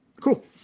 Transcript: Cool